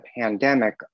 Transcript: pandemic